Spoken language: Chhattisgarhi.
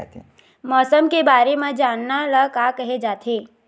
मौसम के बारे म जानना ल का कहे जाथे?